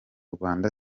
rwanda